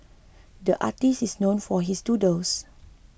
the artist is known for his doodles